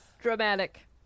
dramatic